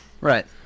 Right